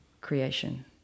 creation